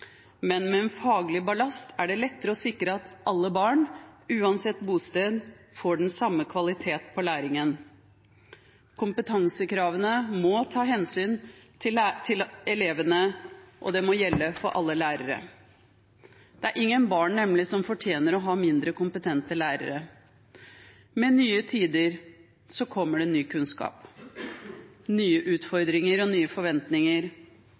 men med en faglig ballast er det lettere å sikre at alle barn, uansett bosted, får den samme kvaliteten på læringen. Kompetansekravene må ta hensyn til elevene, og de må gjelde for alle lærere. Det er nemlig ingen barn som fortjener å ha mindre kompetente lærere. Med nye tider kommer det ny kunnskap, nye utfordringer og nye forventninger.